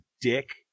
dick